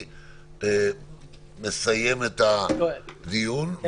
אני מסיים את הדיון.